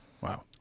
Wow